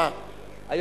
אה, חייב.